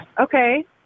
Okay